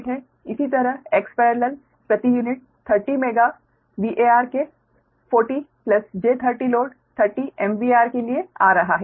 इसी तरह Xparallel प्रति यूनिट 30 मेगा VAR के 40 j 30 लोड 30 MVAR के लिए आ रहा है